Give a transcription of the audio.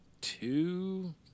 two